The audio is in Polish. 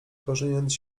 korzeniąc